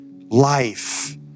life